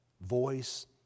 voice